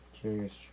Curious